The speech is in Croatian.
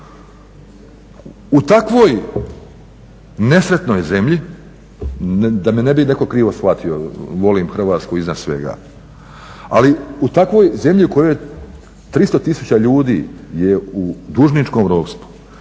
U takvoj nesretnoj zemlji, da me netko ne bi krivo shvatio, volim Hrvatsku iznad svega, ali u takvoj zemlji u kojoj 300 tisuća ljudi je u dužničkom ropstvu,